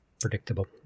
predictable